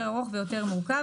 הכנסת.